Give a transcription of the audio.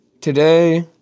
Today